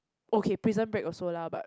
okay Prison Break also lah but